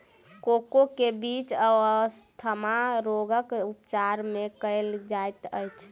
cocoa के बीज asthma रोगक उपचार मे कयल जाइत अछि